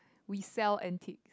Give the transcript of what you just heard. we sell antiques